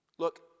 Look